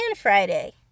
Friday